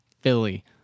Philly